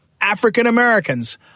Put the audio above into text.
African-Americans